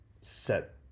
set